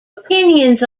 opinions